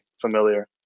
familiar